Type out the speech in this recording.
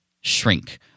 shrink